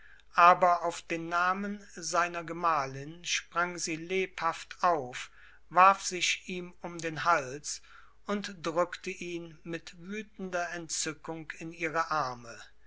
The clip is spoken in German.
aber auf den namen seiner gemahlin sprang sie lebhaft auf warf sich ihm um den hals und drückte ihn mit wütender entzückung in ihre arme